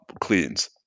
Cleans